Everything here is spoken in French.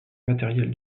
matériels